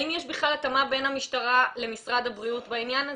האם יש בכלל התאמה בין המשטרה למשרד הבריאות בעניין הזה?